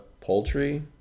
poultry